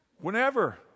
whenever